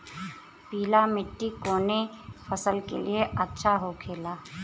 पीला मिट्टी कोने फसल के लिए अच्छा होखे ला?